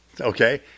okay